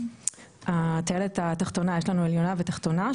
הטיילת התחתונה יש לנו עליונה ותחתונה,